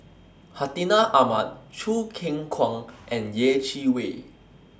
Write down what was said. Hartinah Ahmad Choo Keng Kwang and Yeh Chi Wei